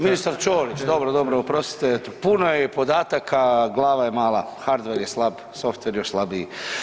Ministar Ćorić, dobro, dobro oprostite puno je podataka, glava je mala, hardver je slab, softver još slabiji.